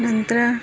ನಂತರ